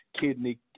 kidney